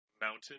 mountain